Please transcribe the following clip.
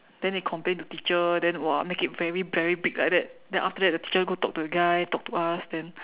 then they complain to teacher then !wah! make it very very big like that then after that the teacher go talk to the guy talk to us then